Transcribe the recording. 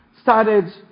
started